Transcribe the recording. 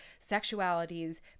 sexualities